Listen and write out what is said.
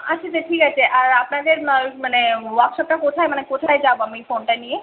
আচ্ছা আচ্ছা ঠিক আছে আর আপনাদের মা মানে ওয়ার্কশপটা কোথায় মানে কোথায় যাবো আমি এই ফোনটা নিয়ে